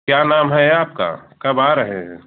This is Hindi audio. क्या नाम है आपका कब आ रहे हैं